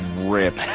rip